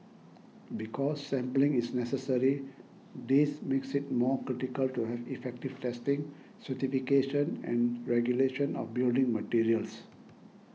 because sampling is necessary this makes it more critical to have effective testing certification and regulation of building materials